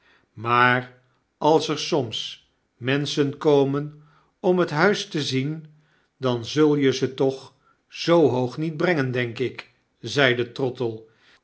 maar als er soms menschen komen omhet huis te zien dan zul je ze toch zoo hoogniet brengen denk ik zeide trottle